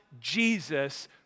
Jesus